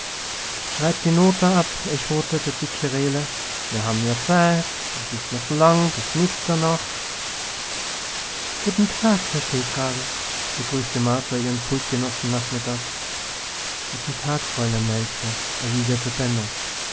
schreib die nota ab echote der dicke rehle merr hawwe ja zeit es is noch lang bis mitternacht guten tag herr stehkragen begrüßte martha ihren pultgenossen nachmittags guten tag fräulein nelke erwiderte